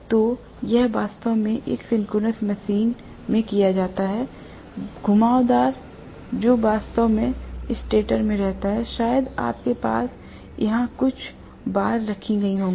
तो यह वास्तव में एक सिंक्रोनस मशीन में किया जाता है घुमावदार जो वास्तव में स्टेटर में रहता है शायद आपके पास यहां कुछ बार रखी गई होगी